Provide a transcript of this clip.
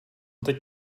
teď